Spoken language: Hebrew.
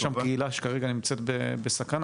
יש שם קהילה שכרגע נמצאת בסכנה,